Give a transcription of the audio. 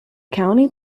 county